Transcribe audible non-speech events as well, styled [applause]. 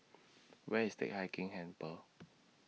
[noise] Where IS Teck Hai Keng Temple [noise]